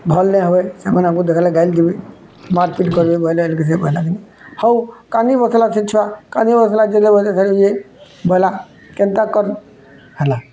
ଭଲ୍ ନାଇଁ ହେବ ସେମାନେ ଆମକୁ ଦେଖଲେ ଗାଲି ଦେବେ ମାର୍ ପିଟି କରିବେ ବୋଇଲେ ହଉ କାନ୍ଦି ବସିଲା ସେ ଛୁଆ କାନ୍ଦି ବସିଲା ଇଏ ବଇଲା କେନ୍ତା କର୍ ହେଲା